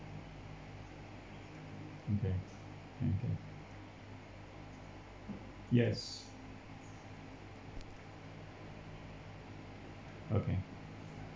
okay okay yes okay